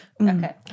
Okay